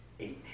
Amen